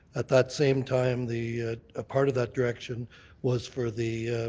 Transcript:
at that same time the a part of that direction was for the